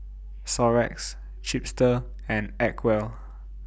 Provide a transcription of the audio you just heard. Xorex Chipster and Acwell